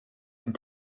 and